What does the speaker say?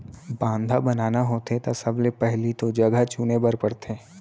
बांधा बनाना होथे त सबले पहिली तो जघा चुने बर परथे